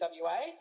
wa